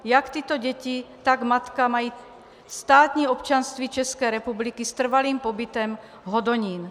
Jak tyto děti, tak matka mají státní občanství České republiky s trvalým pobytem Hodonín.